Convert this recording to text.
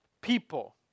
people